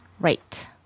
Right